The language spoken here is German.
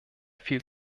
viel